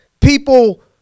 people